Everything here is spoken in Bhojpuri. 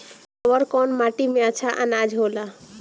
अवर कौन माटी मे अच्छा आनाज होला?